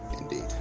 Indeed